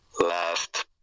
last